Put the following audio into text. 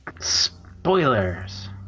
Spoilers